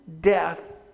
death